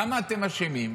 למה אתם אשמים?